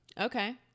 Okay